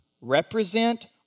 represent